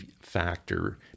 factor